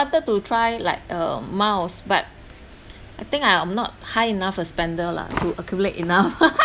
wanted to try like uh miles but I think I am not high enough a spender lah to accumulate enough